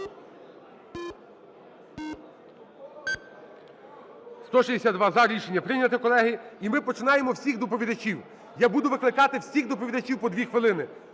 За-162 Рішення прийнято, колеги. І ми починаємо всіх доповідачів. Я буду викликати всіх доповідачів, по 2 хвилини.